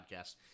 podcast